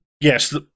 Yes